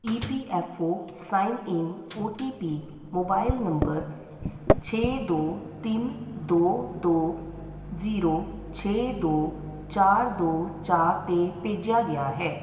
E P F O sign in O T P mobile number ਛੇ ਦੋ ਤਿੰਨ ਦੋ ਦੋ ਜ਼ੀਰੋ ਛੇ ਦੋ ਚਾਰ ਦੋ ਚਾਰ 'ਤੇ ਭੇਜਿਆ ਗਿਆ ਹੈ